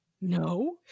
no